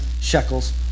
shekels